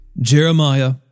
Jeremiah